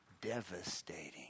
devastating